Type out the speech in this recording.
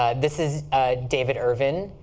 ah this is david irvin.